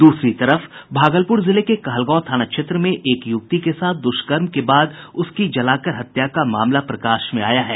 दूसरी तरफ भागलपुर जिले के कहलगांव थाना क्षेत्र में एक युवती के साथ दुष्कर्म के बाद उसकी जलाकर हत्या का मामला प्रकाश में आया है